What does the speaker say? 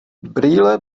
brýle